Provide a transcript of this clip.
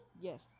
Yes